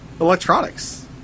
electronics